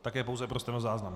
Také pouze pro stenozáznam.